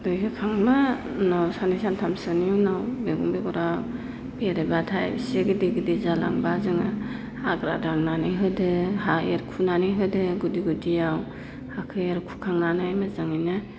दै होखांना उनाव सानै सानथामसोनि उनाव मैगं बेगरा देरब्लाथाय एसे गिदिर गिदिर जालांबाथाय जोङो हाग्रा दांनानै होदो हा एरखुनानै होदो गुदि गुदियाव हाखौ एरखु खांनानै मोजाङैनो